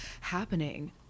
happening